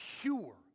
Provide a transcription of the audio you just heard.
pure